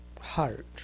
heart